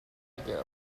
tiger